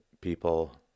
people